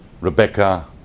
rebecca